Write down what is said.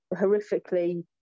horrifically